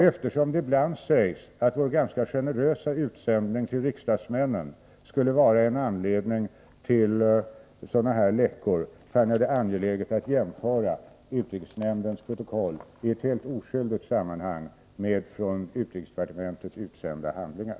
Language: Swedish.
Eftersom det ibland sägs att vår ganska generösa utsändning till riksdagsmännen skulle kunna vara en anledning till sådana här läckor, fann jag det angeläget att jämföra utrikesnämndens protokoll i ett helt oskyldigt sammanhang med utrikesdepartementets handlingar.